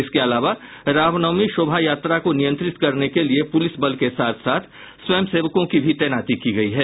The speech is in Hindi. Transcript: इसके अलावा रामनवमी शोभा यात्रा को नियंत्रित करने के लिये पूलिस बल के साथ साथ स्वयं सेवकों की भी तैनती की गयी है